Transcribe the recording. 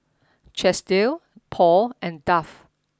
Chesdale Paul and Dove